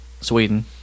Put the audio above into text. Sweden